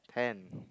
ten